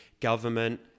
government